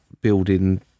building